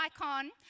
icon